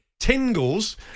Tingles